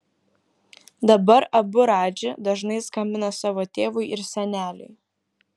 dabar abu radži dažnai skambina savo tėvui ir seneliui